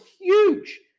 huge